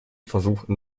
versuchten